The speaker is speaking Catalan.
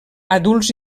adults